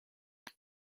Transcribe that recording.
pit